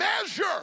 measure